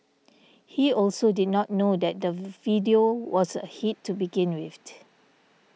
he also did not know that the video was a hit to begin with